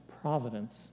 providence